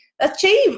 achieve